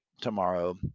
tomorrow